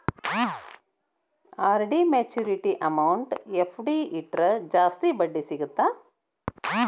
RD maturity amount FD ಇಟ್ರ ಜಾಸ್ತಿ ಬಡ್ಡಿ ಸಿಗತ್ತಾ